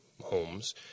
homes